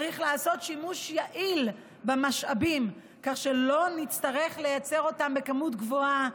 נעשה שימוש יעיל יותר במשאבים כך שלא נצטרך לייצר אותם בכמות גבוהה,